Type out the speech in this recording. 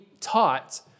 taught